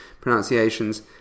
pronunciations